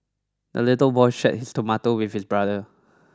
the little boy shared his tomato with his brother